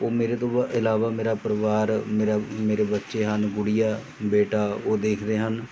ਉਹ ਮੇਰੇ ਤੋਂ ਵਾ ਇਲਾਵਾ ਮੇਰਾ ਪਰਿਵਾਰ ਮੇਰਾ ਮੇਰੇ ਬੱਚੇ ਹਨ ਗੁੜੀਆ ਬੇਟਾ ਉਹ ਦੇਖਦੇ ਹਨ